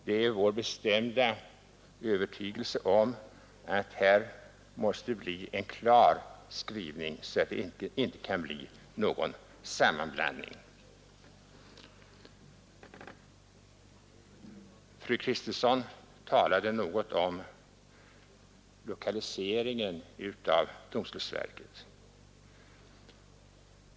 Det är vår bestämda övertygelse att det här måste vara en klar skrivning så att det inte kan bli någon sammanblandning. Fru Kristensson talade något om lokaliseringen av domstolsverket.